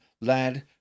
lad